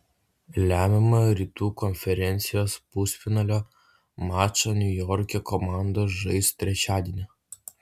lemiamą rytų konferencijos pusfinalio mačą niujorke komandos žais trečiadienį